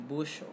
Bush